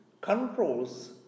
controls